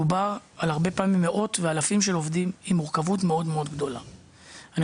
הרבה פעמים מדובר על מאות ואלפים של עובדים,